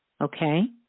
Okay